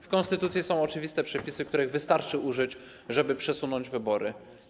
W konstytucji są oczywiste przepisy, których wystarczy użyć, żeby przesunąć wybory.